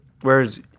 Whereas